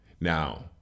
Now